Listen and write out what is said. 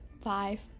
five